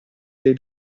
dei